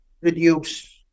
reduce